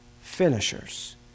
finishers